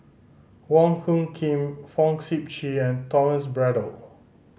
Wong Hung Khim Fong Sip Chee and Thomas Braddell